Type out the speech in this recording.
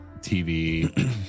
TV